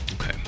Okay